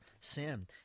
sin